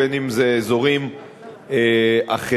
בין שזה אזורים אחרים.